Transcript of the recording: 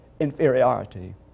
inferiority